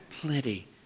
plenty